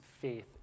faith